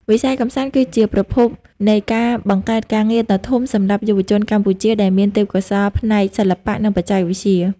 វិស័យកម្សាន្តគឺជាប្រភពនៃការបង្កើតការងារដ៏ធំសម្រាប់យុវជនកម្ពុជា ដែលមានទេពកោសល្យផ្នែកសិល្បៈ និងបច្ចេកវិទ្យា។